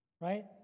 right